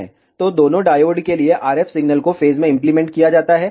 तो दोनों डायोड के लिए RF सिग्नल को फेज में इम्प्लीमेंट किया जाता है